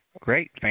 Great